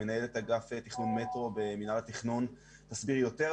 מנהלת אגף תכנון מטרו, תסביר יותר.